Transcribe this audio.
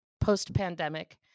post-pandemic